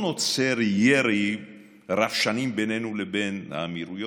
נוצר ירי רב-שנים בינינו לבין האמירויות,